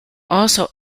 also